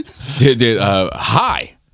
Hi